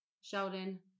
Sheldon